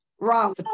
wrong